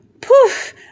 poof